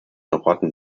rotten